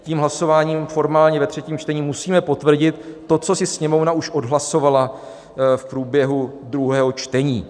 Tím hlasováním formálně ve třetím čtení musíme potvrdit to, co si Sněmovna už odhlasovala v průběhu druhého čtení.